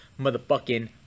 motherfucking